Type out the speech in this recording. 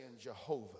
Jehovah